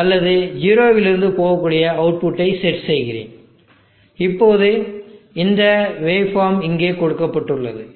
அல்லது 0 இலிருந்து போகக்கூடிய அவுட்புட்டை செட் செய்கிறேன் இப்போது இந்த வேவ் ஃபார்ம் இங்கே கொடுக்கப்பட்டுள்ளது